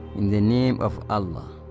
in the name of allah,